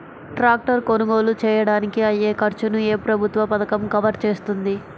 Tractor కొనుగోలు చేయడానికి అయ్యే ఖర్చును ఏ ప్రభుత్వ పథకం కవర్ చేస్తుంది?